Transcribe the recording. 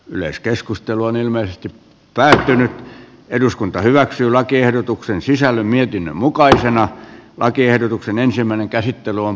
yleiskeskustelu on ilmeisesti päättynyt eduskunta hyväksyi lakiehdotuksen sisällön mietinnön mukaisena lakiehdotuksen ensimmäinen kohdassa käsitellään